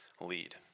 lead